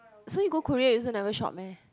so you go Korea you also never shop meh